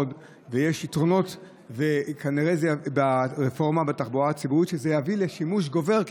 ויש יתרונות ברפורמה בתחבורה הציבורית וזה יביא לשימוש גובר,